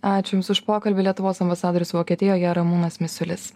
ačiū jums už pokalbį lietuvos ambasadorius vokietijoje ramūnas misiulis